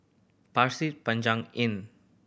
Pasir Panjang Inn